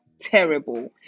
terrible